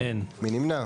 מי נמנע?